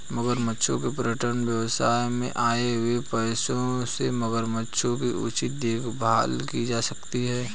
मगरमच्छों के पर्यटन व्यवसाय से आए हुए पैसों से मगरमच्छों की उचित देखभाल की जा सकती है